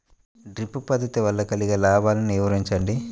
Drip పద్దతి వల్ల కలిగే లాభాలు వివరించండి?